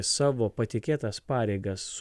savo patikėtas pareigas